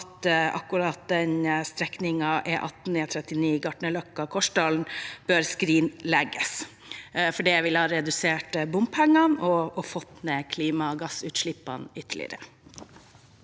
akkurat den strekningen, E18/E39 Gartnerløkka–Kolsdalen, bør skrinlegges. Det ville ha redusert bompengene og fått ned klimagassutslippene ytterligere.